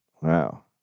Wow